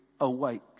Awake